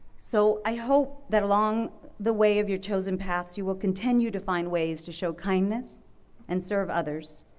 so i hope that along the way of your chosen paths you will continue to find ways to show kindness and serve others,